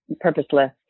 purposeless